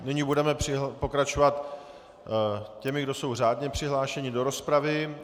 Nyní budeme pokračovat těmi, kdo jsou řádně přihlášeni do rozpravy.